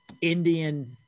indian